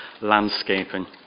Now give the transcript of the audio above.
landscaping